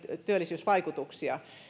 työllisyysvaikutuksia